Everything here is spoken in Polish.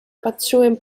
patrzyłem